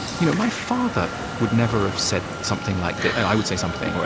you know my father would never have said something like i would say something,